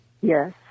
yes